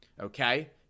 Okay